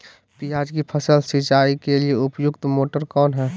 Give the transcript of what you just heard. प्याज की फसल सिंचाई के लिए उपयुक्त मोटर कौन है?